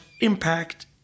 impact